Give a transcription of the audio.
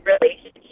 relationship